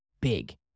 big